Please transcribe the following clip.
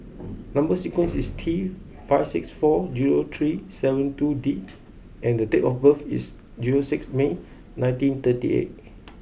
number sequence is T five six four zero three seven two D and the date of birth is zero six May nineteen thirty eight